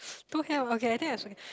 don't have okay I think I it's okay